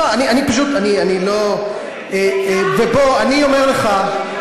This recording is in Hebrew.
לא, אני פשוט, אני לא, זה קין,